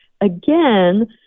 Again